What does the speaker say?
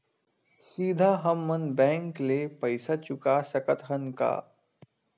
सीधा हम मन बैंक ले पईसा चुका सकत हन का?